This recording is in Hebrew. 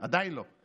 עדיין לא.